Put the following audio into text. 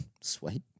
sweet